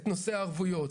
את נושא הערבויות.